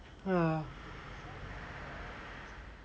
ya